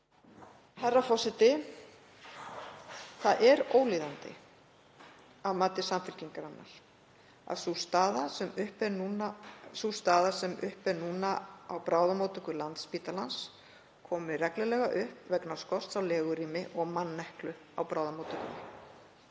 Herra forseti. Það er ólíðandi að mati Samfylkingarinnar að sú staða sem uppi er núna á bráðamóttöku Landspítalans komi reglulega upp vegna skorts á legurými og manneklu á bráðamóttöku.